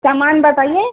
सामान बताइए